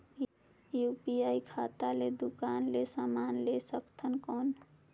UPI खाता ले दुकान ले समान ले सकथन कौन?